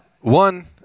One